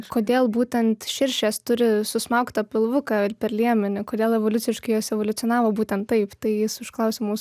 kodėl būtent širšės turi susmaugtą pilvuką ir per liemenį kodėl evoliuciškai jos evoliucionavo būtent taip tai jis užklausė mūsų